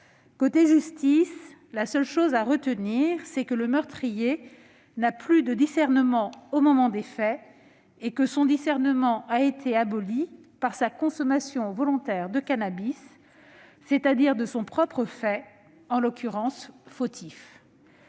la justice, une seule chose à retenir : le meurtrier n'avait plus de discernement au moment des faits, celui-ci ayant été aboli par sa consommation volontaire de cannabis, c'est-à-dire de son propre fait, en l'occurrence fautif.